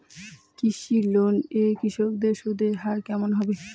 কৃষি লোন এ কৃষকদের সুদের হার কেমন হবে?